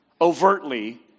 overtly